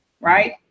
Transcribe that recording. right